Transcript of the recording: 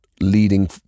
leading